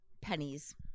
pennies